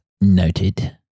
Noted